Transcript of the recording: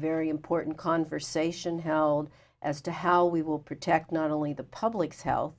very important conversation held as to how we will protect not only the public's health